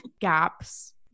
gaps